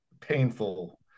painful